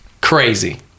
Crazy